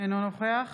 אינו נוכח